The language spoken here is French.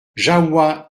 jahoua